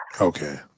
Okay